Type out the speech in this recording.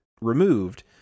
removed